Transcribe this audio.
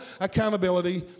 accountability